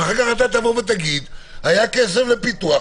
ואחר כך תגיד: היה כסף לפיתוח,